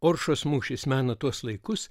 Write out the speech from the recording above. oršos mūšis mena tuos laikus